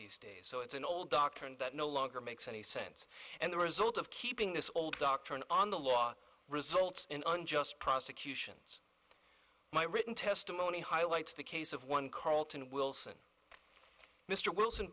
these days so it's an old doctrine that no longer makes any sense and the result of keeping this old doctrine on the law results in unjust prosecutions my written testimony highlights the case of one carlton wilson mr wilson